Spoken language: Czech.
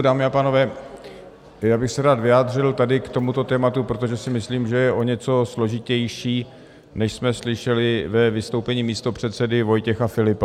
Dámy a pánové, rád bych se vyjádřil k tomuto tématu, protože si myslím, že je o něco složitější, než jsme slyšeli ve vystoupení místopředsedy Vojtěch Filipa.